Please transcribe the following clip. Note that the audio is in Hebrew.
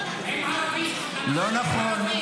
ככה ברמאללה, לא פה.